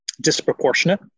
disproportionate